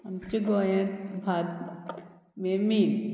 आमच्या गोंयांत भात मे मेन